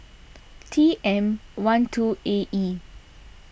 T M one two A E